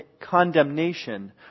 condemnation